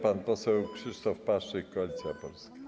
Pan poseł Krzysztof Paszyk, Koalicja Polska.